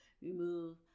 remove